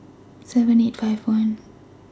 seven eight five one